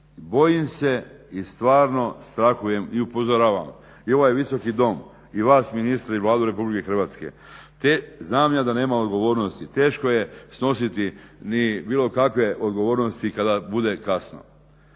Bojim se i stvarno strahujem i upozoravam i ovaj Visoki dom i vas ministre i Vladu RH te znam ja da nema odgovornosti, teško je snositi ni bilo kakve odgovornosti kada bude kasno.